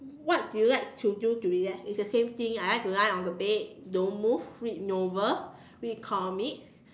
what do you like to do to relax it's the same thing I like to lie on the bed don't move read novel read comics